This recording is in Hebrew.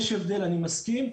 יש הבדל, אני מסכים.